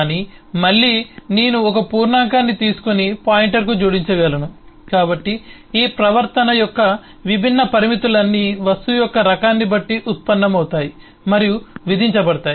కానీ మళ్ళీ నేను ఒక పూర్ణాంకాన్ని తీసుకొని పాయింటర్కు జోడించగలను కాబట్టి ఈ ప్రవర్తన యొక్క విభిన్న పరిమితులన్నీ వస్తువు యొక్క రకాన్ని బట్టి ఉత్పన్నమవుతాయి మరియు విధించబడతాయి